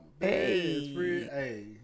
hey